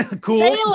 cool